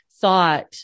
thought